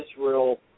Israel